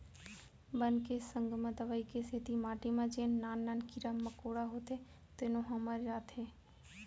बन के संग म दवई के सेती माटी म जेन नान नान कीरा मकोड़ा होथे तेनो ह मर जाथें